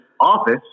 office